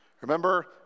remember